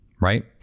right